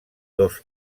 dos